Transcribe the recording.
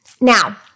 Now